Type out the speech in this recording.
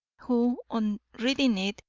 who, on reading it,